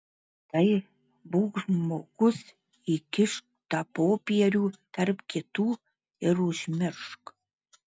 tai būk žmogus įkišk tą popierių tarp kitų ir užmiršk